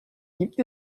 gibt